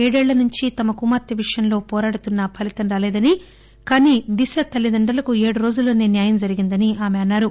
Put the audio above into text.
ఏడేండ్ల నుంచి తమ కుమార్తె విషయంలో పోరాడుతున్నా ఫలీతం రాలేదని కాని దిశ తల్లిదండ్రులకు ఏడు రోజుల్లోనే న్యాయం జరిగిందని ఆమె అన్నా రు